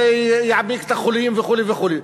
שזה יעמיק את החוליים וכו' וכו'.